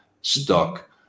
stuck